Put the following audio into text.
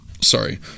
sorry